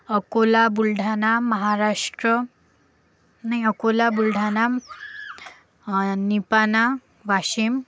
अकोला बुलढाणा महाराष्ट्र नाही अकोला बुलढाणा निपाणी वाशिम